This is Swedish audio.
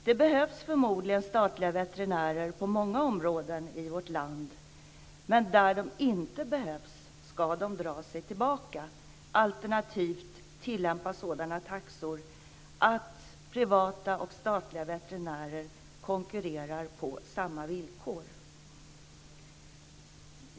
Det behövs förmodligen statliga veterinärer på många områden i vårt land men där de inte behövs ska de dra sig tillbaka - alternativt tillämpa sådana taxor att privata och statliga veterinärer konkurrerar på samma villkor.